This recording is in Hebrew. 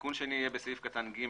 התיקון השני יהיה בסעיף קטן (ג)